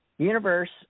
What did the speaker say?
Universe